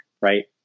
right